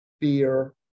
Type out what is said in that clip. fear